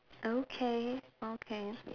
okay okay